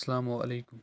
السلامُ عَلیکُم